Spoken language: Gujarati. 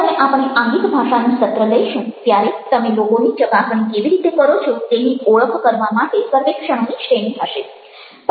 જ્યારે આપણે આંગિક ભાષાનું સત્ર લઈશું ત્યારે તમે લોકોની ચકાસણી કેવી રીતે કરો છો તેની ઓળખ કરવા માટે સર્વેક્ષણોની શ્રેણી હશે